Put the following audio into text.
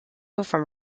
from